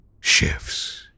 shifts